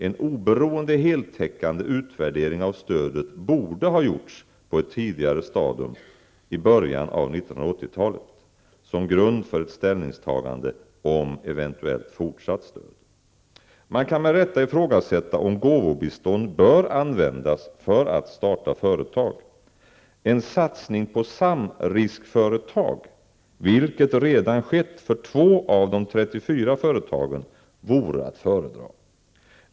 En oberoende heltäckande utvärdering av stödet borde ha gjorts på ett tidigare stadium i början av 1980-talet, som grund för ett ställningstagande om eventuellt fortsatt stöd. Man kan med rätta ifrågasätta om gåvobistånd bör användas för att starta företag. En satsning på samriskföretag, vilket redan skett för två av de 34 företagen, vore att föredra.